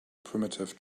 primitive